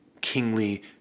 kingly